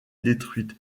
détruites